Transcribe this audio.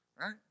Right